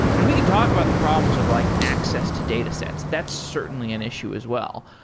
and we can talk about the problems of like access to data sets. that's certainly an issue as well.